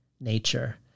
nature